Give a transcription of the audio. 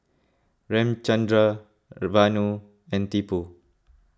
Ramchundra Vanu and Tipu